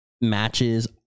matches